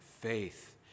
faith